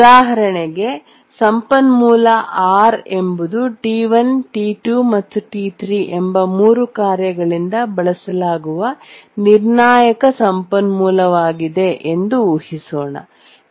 ಉದಾಹರಣೆಗೆ ಸಂಪನ್ಮೂಲ R ಎಂಬುದು T1 T2 ಮತ್ತು T3 ಎಂಬ 3 ಕಾರ್ಯಗಳಿಂದ ಬಳಸಲಾಗುವ ನಿರ್ಣಾಯಕ ಸಂಪನ್ಮೂಲವಾಗಿದೆ ಎಂದು ಊಹಿಸೋಣ